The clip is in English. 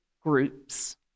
groups